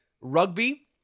rugby